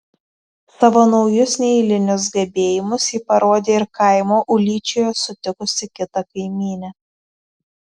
savo naujus neeilinius gebėjimus ji parodė ir kaimo ūlyčioje sutikusi kitą kaimynę